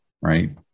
right